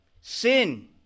sin